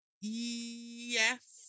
Yes